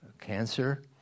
cancer